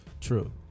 True